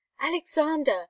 alexander